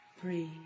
Breathe